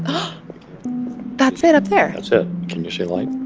um that's it up there that's it. can you see light?